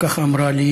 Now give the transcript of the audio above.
וכך אמרה לי,